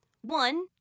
one